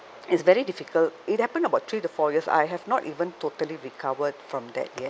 it's very difficult it happened about three to four years I have not even totally recovered from that yet